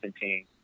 team